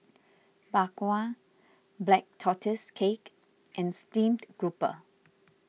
Bak Kwa Black Tortoise Cake and Steamed Grouper